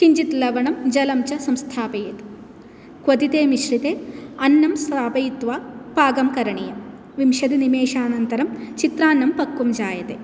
किञ्चित् लवणं जलं च संस्थापयत् क्वथिते मिश्रिते अन्नं स्थापयित्वा पाकं करणीयम् विंशति निमेषानन्तरम् चित्रान्नम् पक्वं जायते